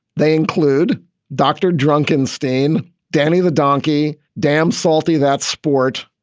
they include doctor drunken steyne, danny the donkey, damn salty, that sport.